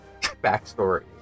Backstory